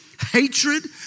hatred